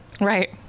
Right